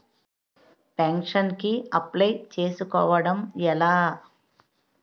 Pension కి apply చేసుకోవడం ఎలా?